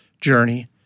journey